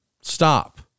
stop